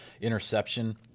interception